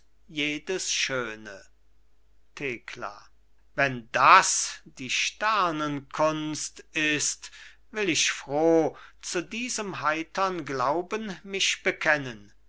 jedes schöne thekla wenn das die sternenkunst ist will ich froh zu diesem heitern glauben mich bekennen